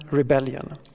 rebellion-